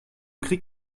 krieg